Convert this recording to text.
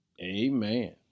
Amen